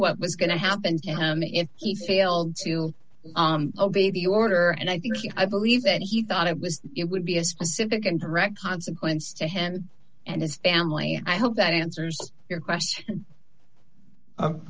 what was going to happen to him if he failed to obey the order and i think he i believe that he thought it was it would be a specific and direct consequence to him and his family i hope that answers your question